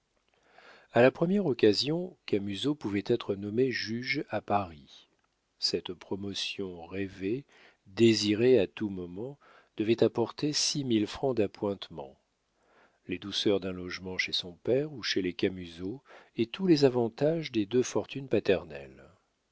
a la première occasion camusot pouvait être nommé juge à paris cette promotion rêvée désirée à tout moment devait apporter six mille francs d'appointements les douceurs d'un logement chez son père ou chez les camusot et tous les avantages des deux fortunes paternelles